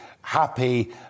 happy